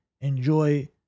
enjoy